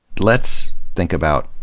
let's think about,